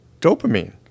dopamine